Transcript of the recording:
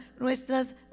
nuestras